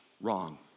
wrong